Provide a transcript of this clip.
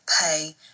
pay